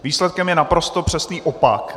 Výsledkem je naprosto přesný opak.